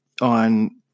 on